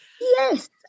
Yes